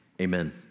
amen